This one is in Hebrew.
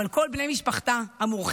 אבל כל בני משפחתה המורחבת,